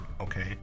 okay